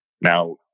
now